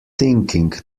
thinking